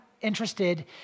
interested